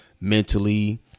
mentally